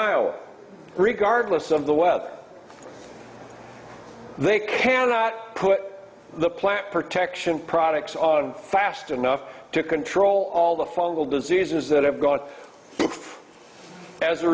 iowa regardless of the weather they cannot put the plant protection products on fast enough to control all the fungal diseases that have gone as a